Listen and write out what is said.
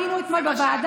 היינו אתמול בוועדה.